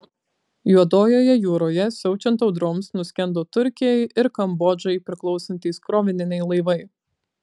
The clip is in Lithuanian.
juodojoje jūroje siaučiant audroms nuskendo turkijai ir kambodžai priklausantys krovininiai laivai